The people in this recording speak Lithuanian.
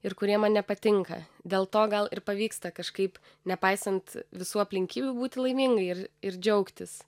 ir kurie man nepatinka dėl to gal ir pavyksta kažkaip nepaisant visų aplinkybių būti laimingai ir ir džiaugtis